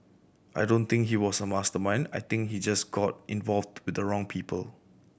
I don't think he was a mastermind I think he just got involved with the wrong people